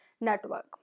network